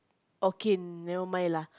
okay never mind lah